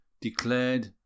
declared